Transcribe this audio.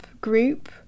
group